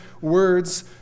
words